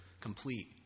complete